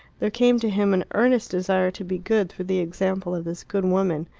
there came to him an earnest desire to be good through the example of this good woman.